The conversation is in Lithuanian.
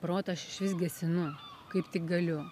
protą aš išvis gesinu kaip tik galiu